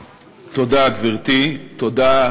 תודה, גברתי, תודה,